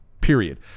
period